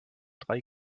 drei